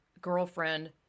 girlfriend